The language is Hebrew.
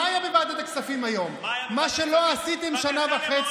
מה עשיתם מאז שקמה הממשלה?